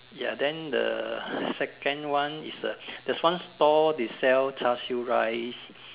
ya then the second one is uh there is one stall they sell Char siew rice